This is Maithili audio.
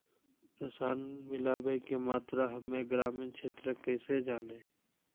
रसायन मिलाबै के मात्रा हम्मे ग्रामीण क्षेत्रक कैसे जानै?